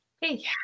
Hey